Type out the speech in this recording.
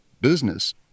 business